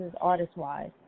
artist-wise